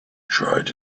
dried